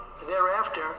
thereafter